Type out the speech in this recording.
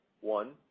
one